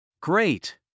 Great